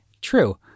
True